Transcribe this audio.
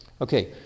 Okay